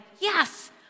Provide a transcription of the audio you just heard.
yes